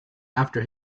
after